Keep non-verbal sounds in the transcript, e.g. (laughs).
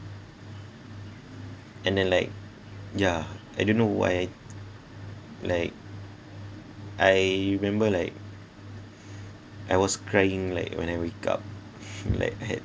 and then like yeah I don't know why like I remember like I was crying like when I wake up (laughs) like had